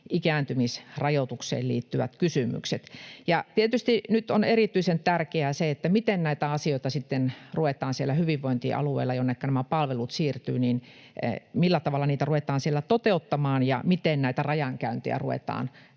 ikääntymisrajoitukseen liittyvät kysymykset. Tietysti nyt on erityisen tärkeää se, miten näitä asioita ruvetaan toteuttamaan siellä hyvinvointialueella, jonneka nämä palvelut siirtyvät, ja miten myöskin näitä rajankäyntejä ruvetaan